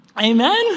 Amen